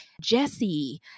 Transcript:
Jesse